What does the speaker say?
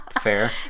Fair